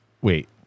Wait